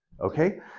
Okay